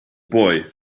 boy